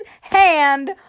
hand